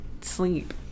sleep